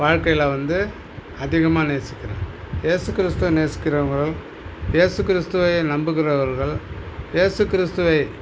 வாழ்க்கையில் வந்து அதிகமாக நேசிக்கிறேன் இயேசு கிறிஸ்துவ நேசிக்கிறவங்களும் இயேசு கிறிஸ்துவயே நம்புகிறவர்கள் இயேசு கிறிஸ்துவை